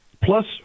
Plus